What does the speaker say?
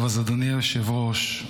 אדוני היושב-ראש,